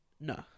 no